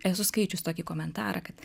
esu skaičius tokį komentarą kad